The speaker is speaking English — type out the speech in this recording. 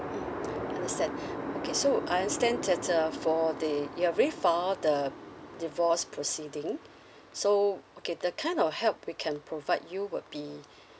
mm understand okay so I understand that uh for the you've already filed the divorce proceeding so okay the kind of help we can provide you would be